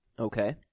Okay